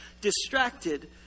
distracted